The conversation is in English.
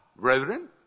brethren